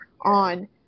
on